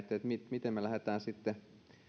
miten miten me lähdemme sitten